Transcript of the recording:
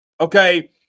okay